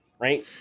Right